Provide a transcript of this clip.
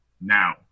Now